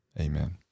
amen